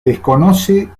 desconoce